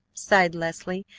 sighed leslie,